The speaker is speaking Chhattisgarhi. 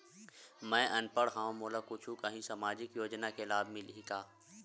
मैं अनपढ़ हाव मोला कुछ कहूं सामाजिक योजना के लाभ मिलही का?